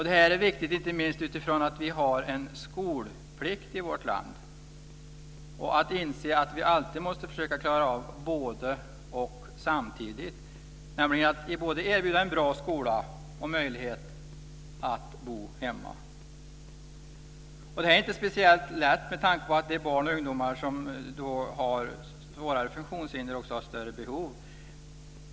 Det är viktigt inte minst utifrån att vi har en skolplikt i vårt land att inse att vi alltid måste försöka klara av både-och samtidigt, dvs. att både erbjuda en bra skola och möjlighet att få bo hemma. Detta är inte speciellt lätt med tanke på att de barn och ungdomar som har svårare funktionshinder också har större behov.